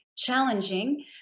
Challenging